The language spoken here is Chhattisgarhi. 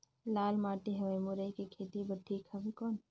लाल माटी हवे मुरई के खेती बार ठीक हवे कौन?